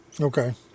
Okay